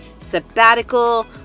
sabbatical